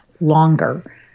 longer